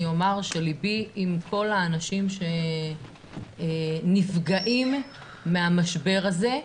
אומר שליבי עם כל האנשים שנפגעים מהמשבר הזה.